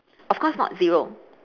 of course not zero